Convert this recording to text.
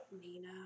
Nina